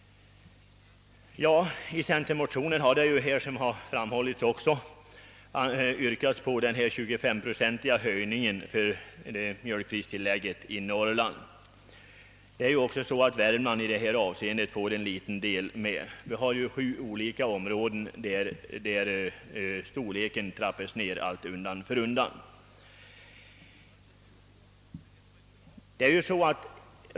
I centermotioner har yrkats på en 23-procentig höjning av mjölkpristilllägget i Norrland. Värmland får också en liten del av detta. Vi har sju olika områden där storleken av tillägget varierar.